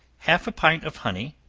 half a pint of honey,